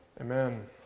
Amen